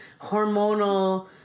hormonal